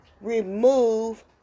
Remove